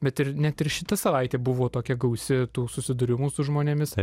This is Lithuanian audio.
bet ir net ir šita savaitė buvo tokia gausi tų susidūrimų su žmonėmis